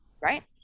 right